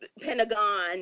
Pentagon